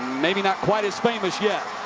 maybe not quite as famous yet